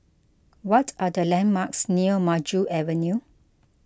what are the landmarks near Maju Avenue